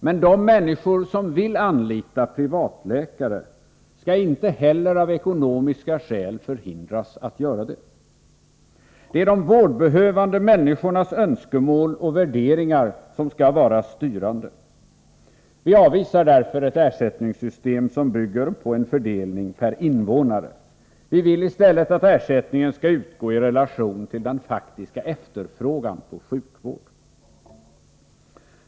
Men de människor som vill anlita en privatläkare skall inte heller av ekonomiska skäl förhindras att göra det. Det är de vårdbehövande människornas önskemål och värderingar som skall vara styrande. Vi avvisar därför ett ersättningssystem som bygger på en fördelning per invånare. Vi vill i stället att ersättningen skall utgå i relation till den faktiska efterfrågan på sjukvård.